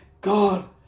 god